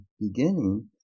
beginning